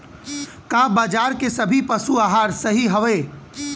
का बाजार क सभी पशु आहार सही हवें?